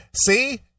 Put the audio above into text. see